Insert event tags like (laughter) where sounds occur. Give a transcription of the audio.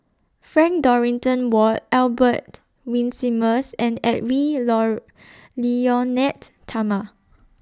Frank Dorrington Ward Albert Winsemius and Edwy (unintelligible) Lyonet Talma